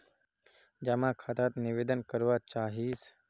जमा खाता त निवेदन करवा चाहीस?